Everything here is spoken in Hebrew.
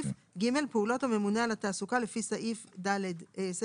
פעולות הממונה על התעסוקה לפי סעיף (ד2).